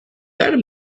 item